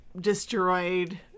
destroyed